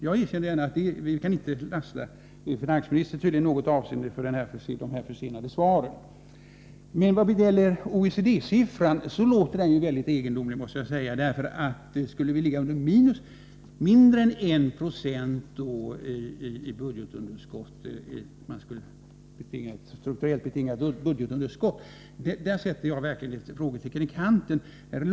Jag erkänner gärna att vi inte i något avseende kan lasta finansministern för dessa försenade svar. I vad gäller OECD-siffran måste jag säga att det låter mycket egendomligt att det strukturellt betingade budgetunderskottet skulle ligga under 1 96. Jag sätter verkligen ett frågetecken i kanten för den uppgiften.